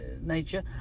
nature